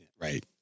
right